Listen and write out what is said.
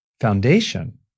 foundation